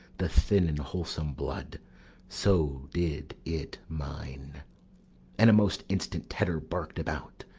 the thin and wholesome blood so did it mine and a most instant tetter bark'd about,